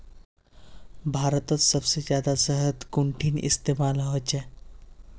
भारतत सबसे जादा शहद कुंठिन इस्तेमाल ह छे